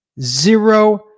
Zero